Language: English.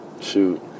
Shoot